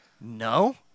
no